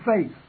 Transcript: faith